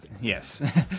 Yes